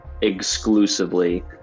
exclusively